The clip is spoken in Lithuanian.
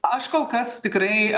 aš kol kas tikrai